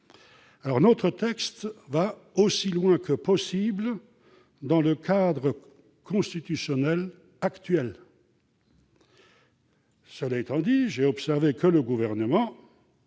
rédaction qui va aussi loin que possible dans le cadre constitutionnel actuel. Cela dit, j'ai observé que le Gouvernement